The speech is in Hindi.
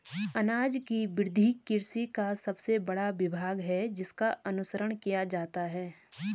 अनाज की वृद्धि कृषि का सबसे बड़ा विभाग है जिसका अनुसरण किया जाता है